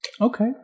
Okay